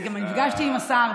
גם נפגשתי עם השר.